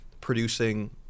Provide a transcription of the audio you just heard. producing